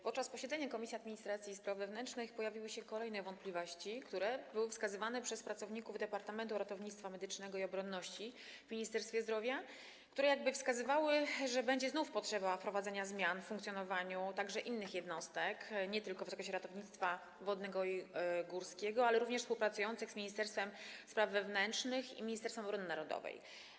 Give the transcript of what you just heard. Podczas posiedzenia Komisji Administracji i Spraw Wewnętrznych pojawiły się kolejne wątpliwości, które były wskazywane przez pracowników Departamentu Ratownictwa Medycznego i Obronności w Ministerstwie Zdrowia, które jakby pokazywały, że znów będzie potrzeba wprowadzenia zmian w funkcjonowaniu także innych jednostek, nie tylko w zakresie ratownictwa wodnego i górskiego, ale również współpracujących z ministerstwem spraw wewnętrznych i Ministerstwem Obrony Narodowej.